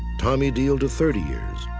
tommy diehl to thirty years.